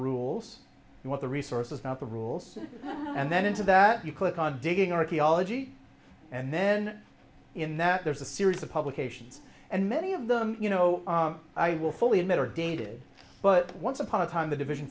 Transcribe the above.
rules and what the resource is not the rules and then into that you click on digging archaeology and then in that there's a series of publications and many of them you know i will fully admit are dated but once upon a time the division